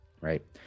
right